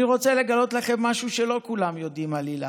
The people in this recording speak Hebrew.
אני רוצה לגלות לכם משהו שלא כולם יודעים על הילה: